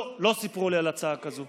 לא, לא סיפרו לי על הצעה כזאת.